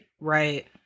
right